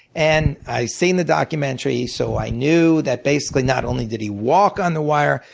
and i'd seen the documentary so i knew that basically not only did he walk on the wire,